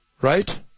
right